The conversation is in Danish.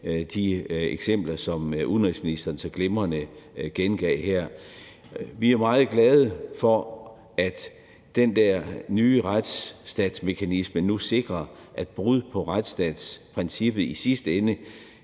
de eksempler, som udenrigsministeren så glimrende gengav her. Vi er meget glade for, at den der nye retsstatsmekanisme nu sikrer, at brud på retsstatsprincippet i sidste ende